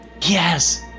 Yes